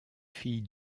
fille